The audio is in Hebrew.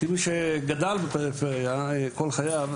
כמי שגדל בפריפריה כל חייו,